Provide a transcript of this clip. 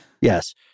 yes